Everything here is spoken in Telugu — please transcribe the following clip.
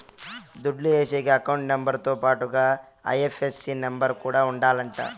దుడ్లు ఏసేకి అకౌంట్ నెంబర్ తో పాటుగా ఐ.ఎఫ్.ఎస్.సి నెంబర్ కూడా ఉండాలంట